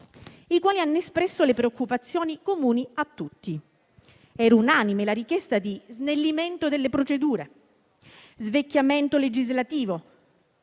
i quali hanno espresso le preoccupazioni comuni a tutti. Unanime era la richiesta di snellimento delle procedure e svecchiamento legislativo,